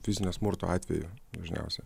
fizinio smurto atveju dažniausia